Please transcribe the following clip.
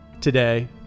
Today